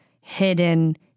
hidden